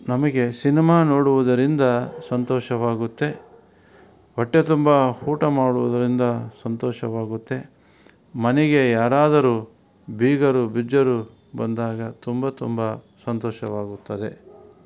ನಮಗೆ ಸಿನಿಮಾ ನೋಡುವುದರಿಂದ ಸಂತೋಷವಾಗುತ್ತೆ ಹೊಟ್ಟೆ ತುಂಬ ಊಟ ಮಾಡುವುದರಿಂದ ಸಂತೋಷವಾಗುತ್ತೆ ಮನೆಗೆ ಯಾರಾದರೂ ಬೀಗರು ಬಿಜ್ಜರು ಬಂದಾಗ ತುಂಬ ತುಂಬ ಸಂತೋಷವಾಗುತ್ತದೆ